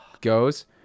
goes